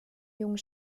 jungen